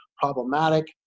problematic